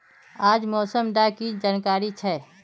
आज मौसम डा की जानकारी छै?